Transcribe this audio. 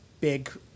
big